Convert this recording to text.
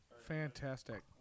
fantastic